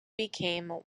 became